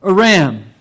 Aram